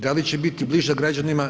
Da li će biti bliža građanima?